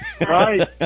Right